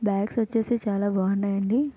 bags వచ్చేసి చాలా బాగున్నాయండి